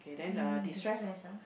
then destress ah